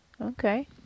Okay